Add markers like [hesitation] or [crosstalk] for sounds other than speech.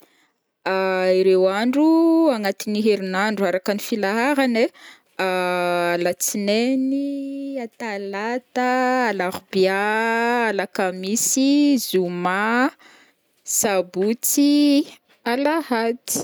[hesitation] ireo andro agnatin'ny herin'andro arakan'ny filaharany ai: [hesitation] alatsinainy, atalata, alarobia, alakamisy, zoma, sabotsy, alahady,